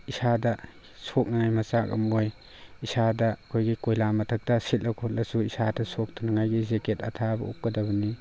ꯏꯁꯥꯗ ꯁꯣꯛꯅꯉꯥꯏ ꯃꯆꯥꯛ ꯑꯃ ꯑꯣꯏ ꯏꯁꯥꯗ ꯑꯩꯈꯣꯏꯒꯤ ꯀꯣꯏꯂꯥ ꯃꯊꯛꯇ ꯁꯤꯠꯂ ꯈꯣꯠꯂꯁꯨ ꯏꯁꯥꯗ ꯁꯣꯛꯇꯅꯉꯥꯏꯒꯤ ꯖꯦꯀꯦꯠ ꯑꯊꯥꯕ ꯎꯞꯀꯗꯕꯅꯤ